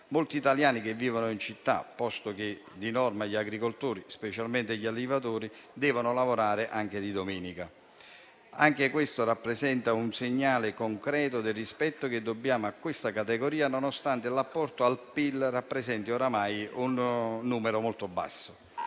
molti italiani che vivono in città, posto che di norma gli agricoltori, specialmente gli allevatori, devono lavorare anche di domenica. Anche questo rappresenta un segnale concreto del rispetto che dobbiamo a questa categoria, nonostante l'apporto al PIL rappresenti oramai un numero molto basso.